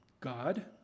God